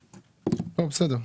בסדר,